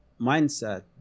mindset